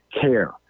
care